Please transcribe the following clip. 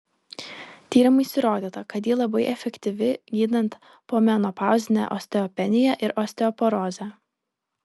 tyrimais įrodyta kad ji labai efektyvi gydant pomenopauzinę osteopeniją ir osteoporozę